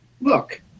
look